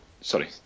Sorry